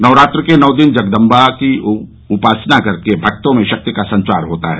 नवरात्रि के नौ दिन जगदम्बा की उपासना करके भक्तों में शक्ति का संचार होता है